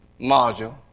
module